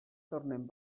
tornen